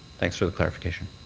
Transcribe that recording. thanks for the clarification.